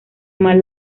mal